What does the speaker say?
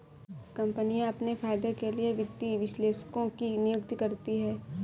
कम्पनियाँ अपने फायदे के लिए वित्तीय विश्लेषकों की नियुक्ति करती हैं